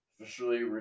officially